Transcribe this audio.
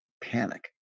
panic